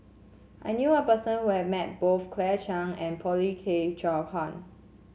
I knew a person who has met both Claire Chiang and Paulin Tay Straughan